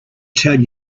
tell